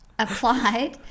Applied